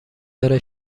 داره